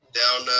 down